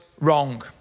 wrong